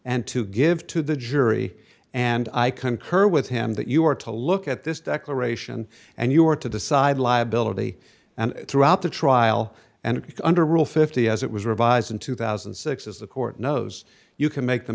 and to give to the jury and i concur with him that you are to look at this declaration and you are to decide liability and throughout the trial and under rule fifty as it was revised in two thousand and six as the court knows you can make the